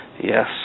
yes